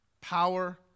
power